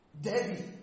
Debbie